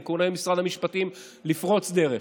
ואני קורא למשרד המשפטים לפרוץ דרך.